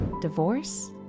divorce